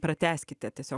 pratęskite tiesiog